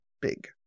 Big